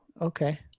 okay